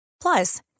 Plus